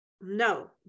No